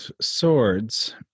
Swords